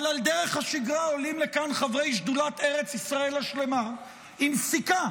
אבל על דרך השגרה עולים לכאן חברי שדולת ארץ ישראל השלמה עם סיכה